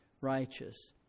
righteous